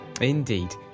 Indeed